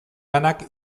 lanak